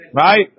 Right